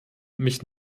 mich